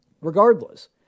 Regardless